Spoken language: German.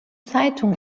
zeitung